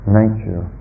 nature